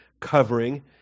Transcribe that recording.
covering